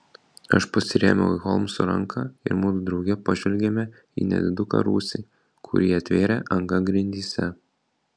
aš pasirėmiau į holmso ranką ir mudu drauge pažvelgėme į nediduką rūsį kurį atvėrė anga grindyse